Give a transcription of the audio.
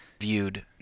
viewed